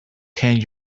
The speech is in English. can